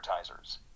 advertisers